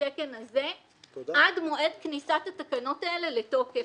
התקן הזה עד מועד כניסת התקנות האלה לתוקף,